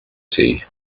tea